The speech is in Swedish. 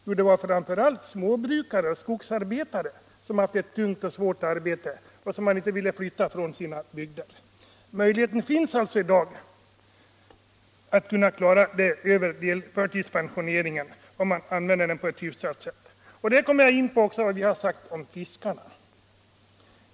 Jo, det var framför allt småbrukare och skogsarbetare som haft ett tungt och svårt arbete och som man inte ville flytta från deras hembygder. Möjlighet finns alltså i dag att klara denna typ av pensionering genom förtidspensionering, om man använder den på ett hyfsat sätt. Där kommer jag även in på det ni sagt om fiskarna.